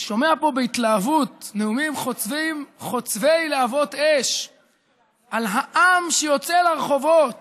אני שומע פה בהתלהבות נאומים חוצבי להבות על העם שיוצא לרחובות